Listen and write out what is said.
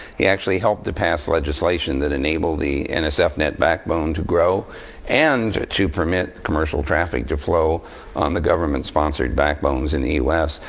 he actually helped to pass legislation that enabled nsfnet backbone to grow and to permit commercial traffic to flow on the government-sponsored backbones in the us.